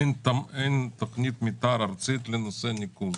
אין תוכנית מתאר ארצית לנושא ניקוז.